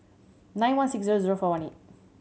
nine one six zero zero four one eight